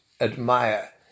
admire